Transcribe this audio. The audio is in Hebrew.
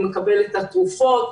הוא מקבל תרופות,